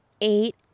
eight